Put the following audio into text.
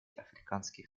африканских